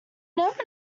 never